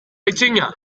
aitzina